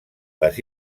les